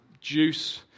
juice